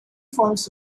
forms